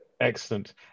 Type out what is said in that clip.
Excellent